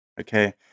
Okay